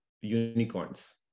unicorns